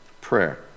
Prayer